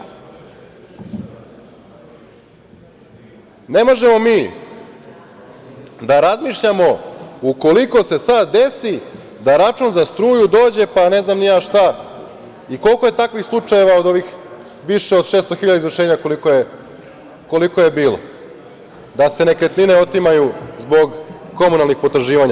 Ne možemo mi da razmišljamo ukoliko se sada desi da račun za struju dođe pa ne znam ni ja šta, koliko je takvih slučajeva od ovih više od 600 hiljada izvršenja koliko je bilo, da se nekretnine otimaju zbog komunalnih potraživanja?